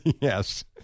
Yes